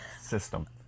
system